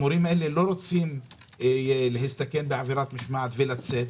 המורים הללו לא רוצים להסתכן בעבירת משמעת ולצאת,